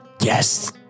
Yes